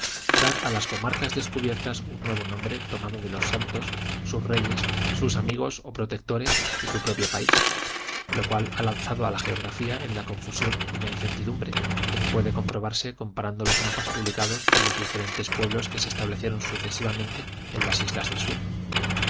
dar a las comarcas descubiertas un nuevo nombre tomado de los santos sus reyes sus amigos o protectores y su propio país lo cual ha lanzado a la geografía en la confusión y en la incertidumbre como puede comprobarse comparando los mapas publicados por los diferentes pueblos que se establecieron sucesivamente en las islas del sur